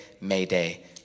mayday